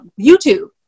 YouTube